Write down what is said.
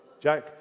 Jack